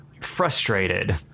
frustrated